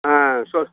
ஆ சொல்